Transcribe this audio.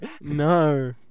No